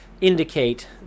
indicate